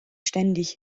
ständig